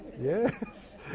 yes